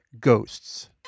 Ghosts